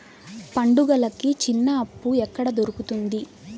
పండుగలకి చిన్న అప్పు ఎక్కడ దొరుకుతుంది